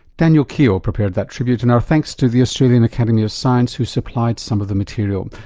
daniel keogh prepared that tribute and our thanks to the australian academy of science who supplied some of the material.